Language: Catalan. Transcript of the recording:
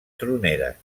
troneres